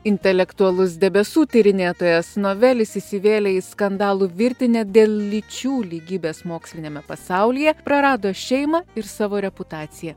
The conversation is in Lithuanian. intelektualus debesų tyrinėtojas novelis įsivėlė į skandalų virtinę dėl lyčių lygybės moksliniame pasaulyje prarado šeimą ir savo reputaciją